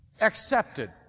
accepted